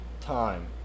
time